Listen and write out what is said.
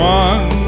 one